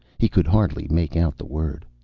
he could hardly make out the word.